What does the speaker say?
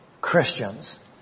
Christians